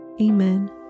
Amen